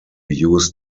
used